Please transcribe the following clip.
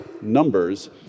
numbers